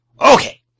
Okay